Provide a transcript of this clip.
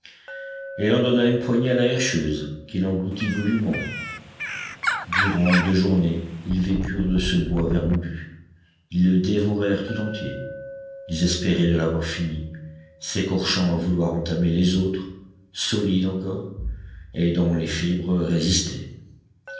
et il en donna une poignée à la herscheuse qui l'engloutit goulûment durant deux journées ils vécurent de ce bois vermoulu ils le dévorèrent tout entier désespérés de l'avoir fini s'écorchant à vouloir entamer les autres solides encore et dont les fibres résistaient